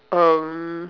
um